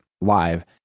live